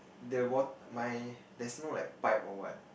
the wat~ my there's no like pipe or what